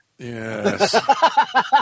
yes